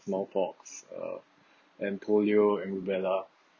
small pox uh and polio and rubella